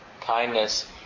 kindness